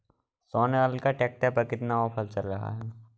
Sonalika tractor पर कितना offer चल रहा है?